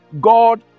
God